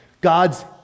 God's